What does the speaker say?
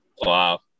Wow